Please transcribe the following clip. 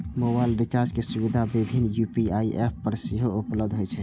mobile recharge के सुविधा विभिन्न यू.पी.आई एप पर सेहो उपलब्ध होइ छै